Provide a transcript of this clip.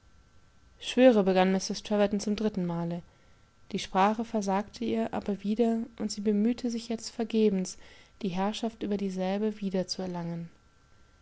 begann mistreß treverton zum dritten male die sprache versagte ihr aber wieder und sie bemühte sich jetzt vergebens die herrschaft über dieselbe wiederzuerlangen